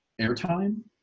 airtime